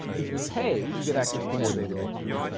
if you pay you get access to more databases